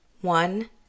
One